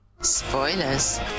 Spoilers